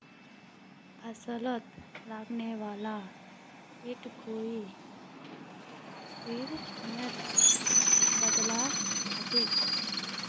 फस्लोत लगने वाला कीट कई श्रेनित बताल होछे